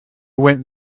went